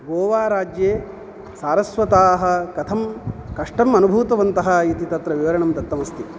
गोवा राज्ये सारस्वताः कथं कष्टम् अनुभूतवन्तः इति तत्र विवरणं दत्तमस्ति